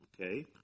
Okay